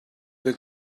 wir